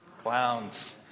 clowns